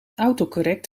autocorrect